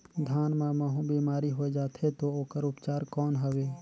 धान मां महू बीमारी होय जाथे तो ओकर उपचार कौन हवे?